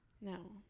No